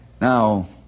Now